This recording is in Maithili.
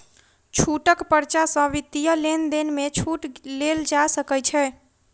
छूटक पर्चा सॅ वित्तीय लेन देन में छूट लेल जा सकै छै